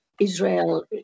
Israel